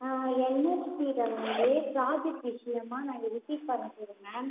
வந்து ப்ராஜெக்ட் விஷயமாக நான் அங்கே விசிட் பண்ண போகிறோம் மேம்